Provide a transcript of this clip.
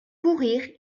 courir